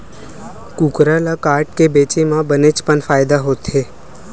कुकरा ल काटके बेचे म बनेच पन फायदा होथे